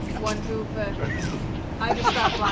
one hoo for i start